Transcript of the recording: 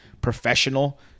professional